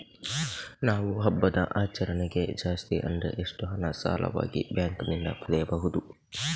ನಾವು ಹಬ್ಬದ ಆಚರಣೆಗೆ ಜಾಸ್ತಿ ಅಂದ್ರೆ ಎಷ್ಟು ಹಣ ಸಾಲವಾಗಿ ಬ್ಯಾಂಕ್ ನಿಂದ ಪಡೆಯಬಹುದು?